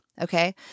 Okay